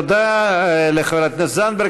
תודה לחברת הכנסת זנדברג.